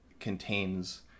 contains